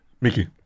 Mickey